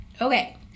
Okay